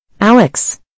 Alex